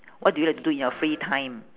what do you like to do in your free time